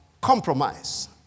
compromise